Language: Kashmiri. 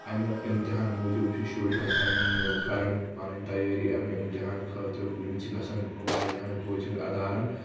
امہِ امتِحان موٗجوٗب چھِ شۭرۍ گژھان کران پنٕنۍ تیٲری امہِ امتِحان خٲطرٕ یِم چھِ گژھان واریاہن کوچنگ ادارن